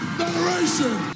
generation